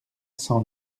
cent